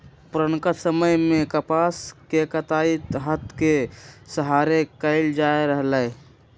पुरनका समय में कपास के कताई हात के सहारे कएल जाइत रहै